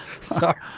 Sorry